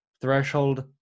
threshold